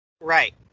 Right